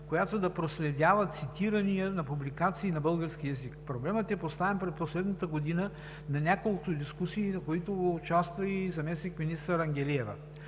която да проследява цитирания на публикации на български език. Проблемът е поставен през последната година на няколко дискусии, на които участва и заместник-министър Ангелиева.